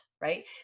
right